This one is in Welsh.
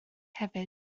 hefyd